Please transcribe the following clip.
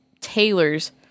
tailors